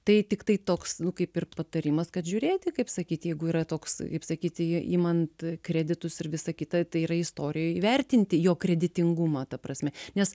tai tiktai toks nu kaip ir patarimas kad žiūrėti kaip sakyt jeigu yra toks kaip sakyti imant kreditus ir visa kita tai yra istorijoj įvertinti jo kreditingumą ta prasme nes